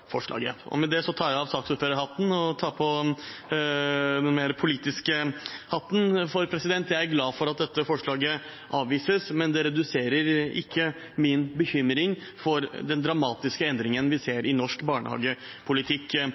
forslaget. Med det tar jeg av saksordførerhatten og tar på den mer politiske hatten. Jeg er glad for at dette forslaget avvises, men det reduserer ikke min bekymring for den dramatiske endringen vi ser i norsk barnehagepolitikk